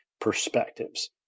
perspectives